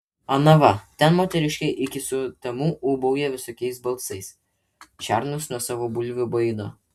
ana va ten moteriškė iki sutemų ūbauja visokiais balsais šernus nuo savo bulvių baido